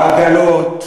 והאימהות, העגלות,